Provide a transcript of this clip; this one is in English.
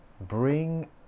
Bring